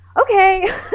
okay